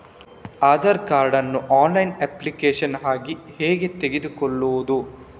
Aadhaar card ನ್ನು online application ಹಾಕಿ ಹೇಗೆ ತೆಗೆದುಕೊಳ್ಳುವುದು?